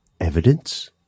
evidence